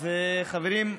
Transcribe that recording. אז, חברים,